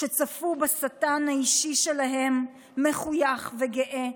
שצפו בשטן האישי שלהן מחויך וגאה,